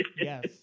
Yes